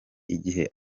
igihe